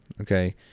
Okay